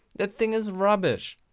that thing is rubbish.